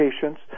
patients